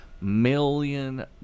Million